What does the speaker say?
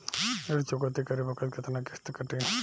ऋण चुकौती करे बखत केतना किस्त कटी?